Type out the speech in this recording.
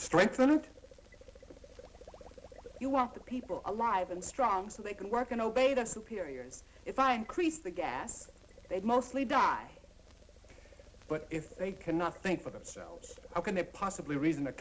and you want the people alive and strong so they can work and obey their superiors if i increase the gas they'd mostly die but if they cannot think for themselves how can they possibly reason t